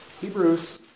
Hebrews